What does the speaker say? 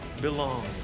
belong